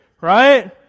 right